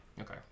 Okay